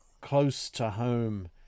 close-to-home